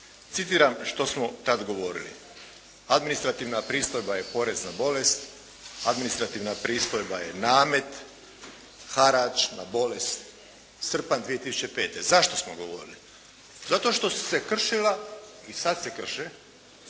Citiram što smo tada govorili: "Administrativna pristojba je porez na bolest. Administrativna pristojba je namet, harač na bolest. Srpanj 2005.". Zašto smo govorili? Zato što su se kršila i sada se krše